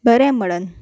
बरें म्हणन